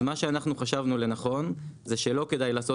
מה שאנחנו חשבנו לנכון זה שלא כדאי לעשות